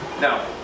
Now